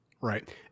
Right